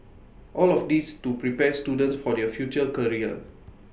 all of this to prepare students for their future career